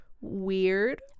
weird